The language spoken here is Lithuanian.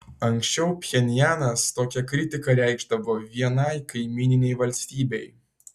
anksčiau pchenjanas tokią kritiką reikšdavo vienai kaimyninei valstybei